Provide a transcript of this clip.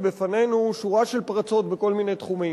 בפנינו שורה של פרצות בכל מיני תחומים,